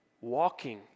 walking